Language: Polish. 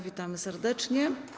Witamy serdecznie.